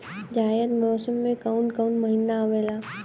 जायद मौसम में काउन काउन महीना आवेला?